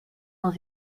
dans